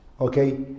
Okay